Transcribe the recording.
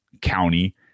county